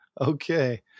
Okay